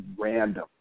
random